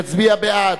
יצביע בעד.